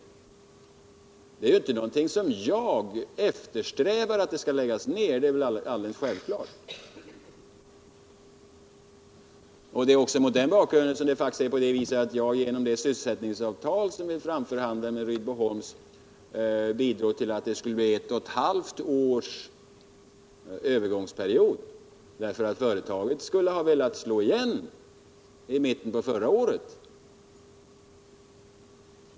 Att det skall läggas ned är ju inte någonting som jag eftersträvar — det är väl alldeles självklart. Det är mot den bakgrunden faktiskt så, att jag genom det sysselsättningsavtal som vi förhandlat fram med Rydboholms bidrog till att det skulle bli ett och ett halvt års övergångsperiod. Företaget skulle nämligen ha velat slå igen i mitten på förra året.